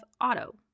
auto